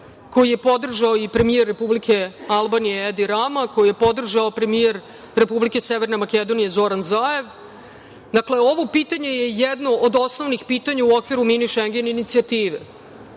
koju je podržao i premijer Republike Albanije Edi Rama, koju je podržao premijer Severne Makedonije Zoran Zaev. Dakle, ovo pitanje je jedno od osnovnih pitanja u okviru Mini Šengen inicijative. Pozvali